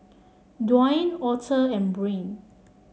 Dwayne Author and Brain